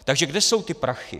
Takže kde jsou ty prachy?